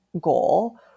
goal